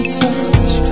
touch